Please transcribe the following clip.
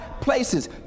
places